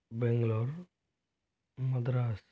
Bangalore Madras